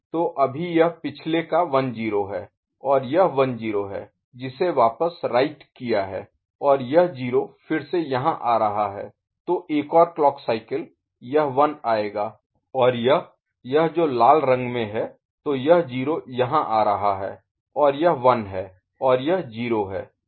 तो अभी यह पिछले का 1 0 है और यह 1 0 है जिसे वापस राइट किया है और यह 0 फिर से यहाँ आ रहा है तो एक और क्लॉक साइकिल यह 1 आएगा और यह यह जो लाल रंग में है तो यह 0 यहाँ आ रहा है और यह 1 है और यह 0 है